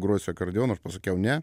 grosiu akordeonu aš pasakiau ne